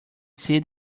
see